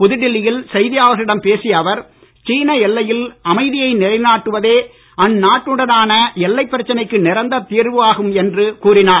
புதுடெல்லியில் செய்தியாளர்களிடம் பேசிய அவர் சீன எல்லையில் அமைதியை நிலை நாட்டுவதே அந்நாட்டுடனான எல்லைப் பிரச்சனைக்கு நிரந்தர தீர்வாகும் என கூறினார்